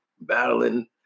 battling